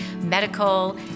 medical